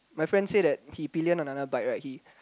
my friend say that he pillion another bike right he